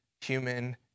human